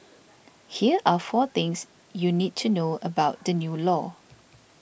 here are four things you need to know about the new law